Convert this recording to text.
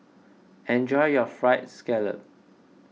enjoy your Fried Scallop